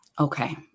Okay